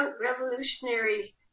revolutionary